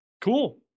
Cool